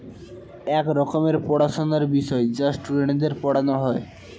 এক রকমের পড়াশোনার বিষয় যা স্টুডেন্টদের পড়ানো হয়